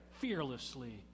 fearlessly